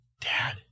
Dad